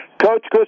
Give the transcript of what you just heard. Coach